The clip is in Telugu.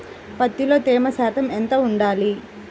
పత్తిలో తేమ శాతం ఎంత ఉండాలి?